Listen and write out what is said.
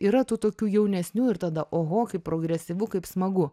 yra tų tokių jaunesnių ir tada oho kaip progresyvu kaip smagu